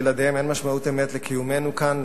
שבלעדיהם אין משמעות אמת לקיומנו כאן,